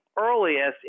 earliest